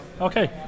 Okay